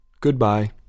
Goodbye